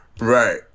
Right